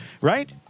right